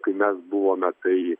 kai mes buvome tai